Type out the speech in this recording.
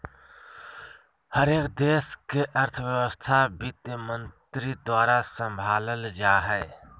हरेक देश के अर्थव्यवस्था वित्तमन्त्री द्वारा सम्भालल जा हय